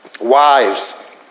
Wives